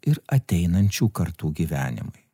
ir ateinančių kartų gyvenimui